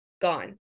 gone